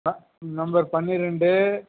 ஆ number பனிரெண்டு